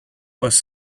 was